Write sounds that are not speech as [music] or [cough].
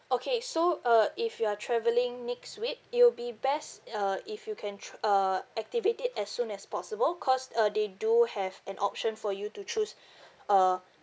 okay so uh if you are travelling next week it'll be best uh if you can choose uh activate it as soon as possible because uh they do have an option for you to choose [breath] uh